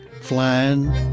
flying